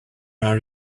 are